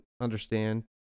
understand